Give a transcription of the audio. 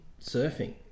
surfing